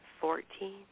fourteen